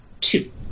Two